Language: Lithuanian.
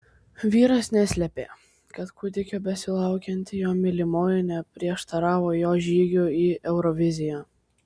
vyras neslėpė kad kūdikio besilaukianti jo mylimoji neprieštaravo jo žygiui į euroviziją